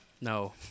No